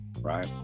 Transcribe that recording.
right